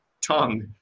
tongue